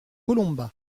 colomba